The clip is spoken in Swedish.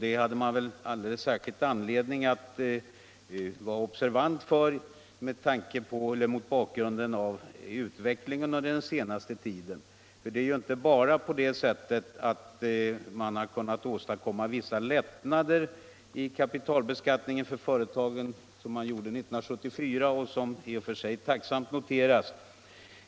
Det finns alldeles särskilt anledning att vara observant på det mot bakgrund av utvecklingen den senaste tiden. Det är inte bara 127 så att man har åstadkommit vissa lättnader i kapitalbeskattningen för företagen som man gjorde 1974, vilket i och för sig tacksamt noteras,